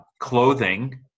clothing